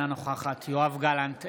אינה נוכחת יואב גלנט,